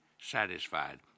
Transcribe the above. satisfied